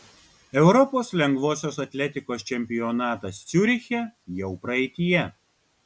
europos lengvosios atletikos čempionatas ciuriche jau praeityje